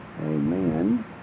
Amen